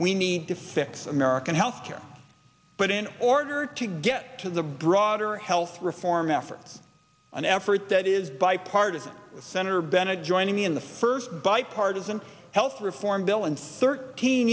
we need to fix american health care but in order to get to the broader health reform efforts an effort that is bipartisan senator bennett joining me in the first bipartisan health reform bill in thirteen